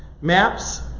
Maps